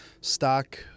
stock